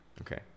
Okay